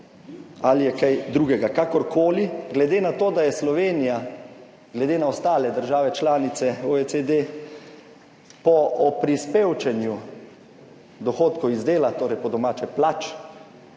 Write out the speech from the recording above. ali je kaj drugega. Kakorkoli, glede na to, da je Slovenija glede na ostale države članice OECD po »oprispevčenju« dohodkov iz dela, torej po domače plač,